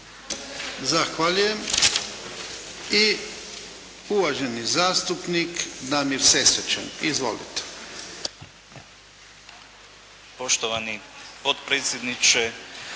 Zahvaljujem. I uvaženi zastupnik Damir Sesvečan. Izvolite.